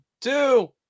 two